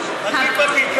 הוא היה מקבל בול, מדביק בפנקס.